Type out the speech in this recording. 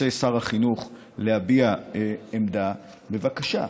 רוצה שר החינוך להביע עמדה, בבקשה.